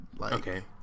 Okay